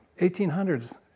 1800s